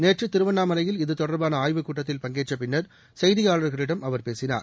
நேற்றுதிருவண்ணாமலையில் தொடர்பானஆய்வுக் கூட்டத்தில் பங்கேற்றபின்னர் இது செய்தியாளர்களிடம் அவர் பேசினார்